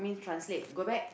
translate go back